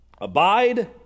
abide